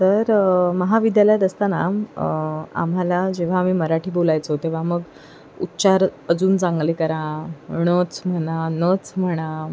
तर महाविद्यालयात असताना आम्हाला जेव्हा आम्ही मराठी बोलायचो तेव्हा मग उच्चार अजून चांगले करा णच म्हणा नच म्हणा